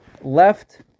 left